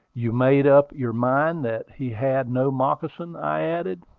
you made up your mind that he had no moccasin? i added.